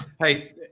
hey